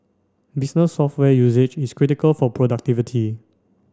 business software usage is critical for productivity